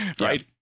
right